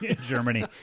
Germany